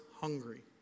hungry